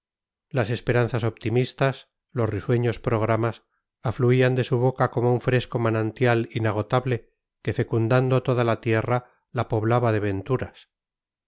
las esperanzas optimistas los risueños programas afluían de su boca como un fresco manantial inagotable que fecundando toda la tierra la poblaba de venturas